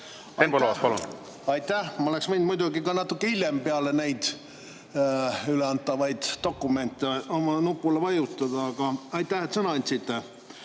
Aitäh! Ma oleksin võinud muidugi ka natuke hiljem, peale neid üleantavaid dokumente oma nupule vajutada. Aga aitäh, et sõna andsite!